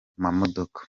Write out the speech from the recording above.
mamodoka